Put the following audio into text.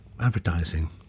advertising